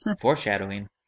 Foreshadowing